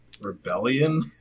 Rebellion